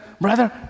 brother